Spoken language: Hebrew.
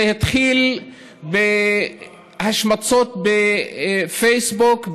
זה התחיל בהשמצות בפייסבוק,